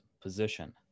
position